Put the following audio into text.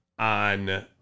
On